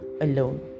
alone